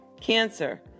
Cancer